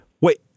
Wait